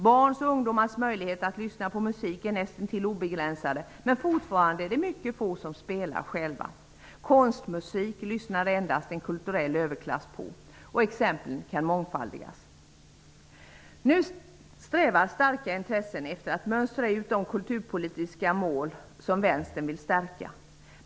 Barns och ungdomars möjligheter att lyssna på musik är nästintill obegränsade, men fortfarande är det få som spelar själva. Konstmusik lyssnar endast en kulturell överklass på. Exemplen kan mångfaldigas. Starka intressen strävar nu efter att mönstra ut de kulturpolitiska mål som Vänstern vill stärka.